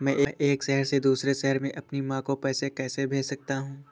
मैं एक शहर से दूसरे शहर में अपनी माँ को पैसे कैसे भेज सकता हूँ?